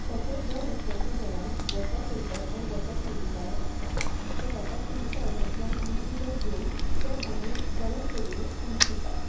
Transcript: तशें दर एकट्याच्या घरान water filter or water purifier so सो वॉटर प्युरीफायरांतल्यान आमी उदक घेवन तें मागीर गरम करुनूच आमी पिता